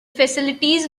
facility